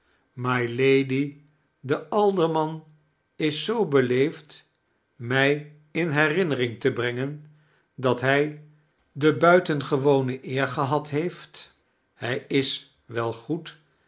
mylady de alderman is zoo beleefd mij in herinnering te brengen dat hij de buitengewone eer gehad heeft hij is wel goed